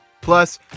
Plus